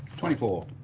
twenty four.